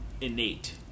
innate